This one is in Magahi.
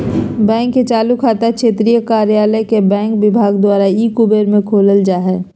बैंक के चालू खाता क्षेत्रीय कार्यालय के बैंक विभाग द्वारा ई कुबेर में खोलल जा हइ